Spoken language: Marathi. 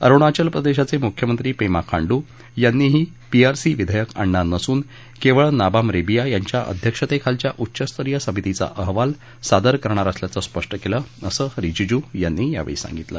अरुणाचल प्रदेशाचे मुख्यमंत्री पेमा खांडू यांनीही पीआरसी विधेयक आणणार नसून केवळ नाबाम रेबीया यांच्या अध्यक्षतेखालच्या उच्चस्तरीय समितीचा अहवाल सादर करणार असल्याचं स्पष्ट केलं असं रिजीजू यांनी सांगितलं